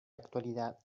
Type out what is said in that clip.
actualidad